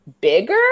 Bigger